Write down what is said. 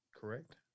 correct